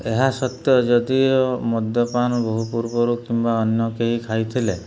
ଏହା ସତ୍ୟ ଯଦିଓ ମଦ୍ୟପାନ ବହୁ ପୂର୍ବରୁ କିମ୍ବା ଅନ୍ୟ କେହି ଖାଇଥିଲେ